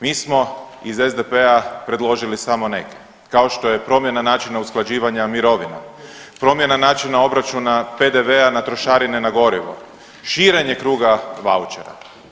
Mi smo iz SDP-a predložili samo neke kao što je promjena načina usklađivanja mirovina, promjena načina obračuna PDV-a na trošarine na gorivo, širenje kruga vaučera.